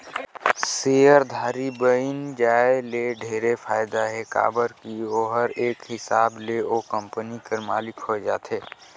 सेयरधारी बइन जाये ले ढेरे फायदा हे काबर की ओहर एक हिसाब ले ओ कंपनी कर मालिक होए जाथे